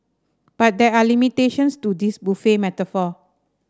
but there are limitations to this buffet metaphor